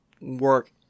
work